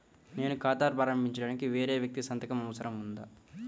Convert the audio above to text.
నేను ఖాతా ప్రారంభించటానికి వేరే వ్యక్తి సంతకం అవసరం ఉందా?